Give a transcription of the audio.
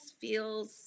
feels